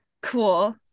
Cool